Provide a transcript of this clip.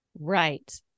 Right